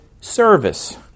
service